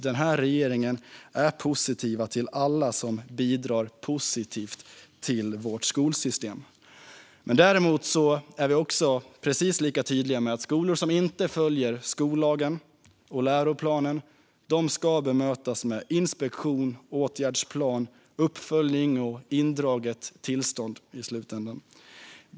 Den här regeringen är positiv till alla som bidrar positivt till vårt skolsystem. Däremot är vi precis lika tydliga med att skolor som inte följer skollagen och läroplanen ska bemötas med inspektion, åtgärdsplan, uppföljning och i slutändan indraget tillstånd.